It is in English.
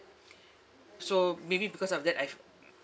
so maybe because of that I've